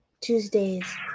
Tuesdays